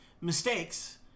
mistakes